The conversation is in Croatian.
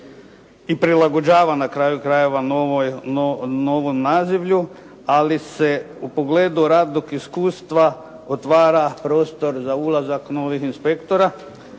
i prilagođava na kraju krajeva novoj, novom nazivlju, ali se u pogledu radnog iskustva otvara prostor za ulazak novih inspektora